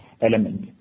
element